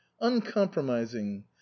uncompromising